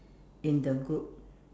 in the group